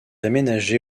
aménagé